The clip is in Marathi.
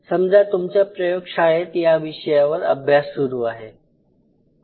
समजा तुमच्या प्रयोगशाळेत या विषयावर अभ्यास सुरू आहे